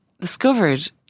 discovered